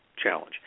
challenge